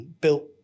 built